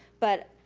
but